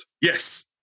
Yes